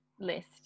list